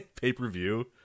pay-per-view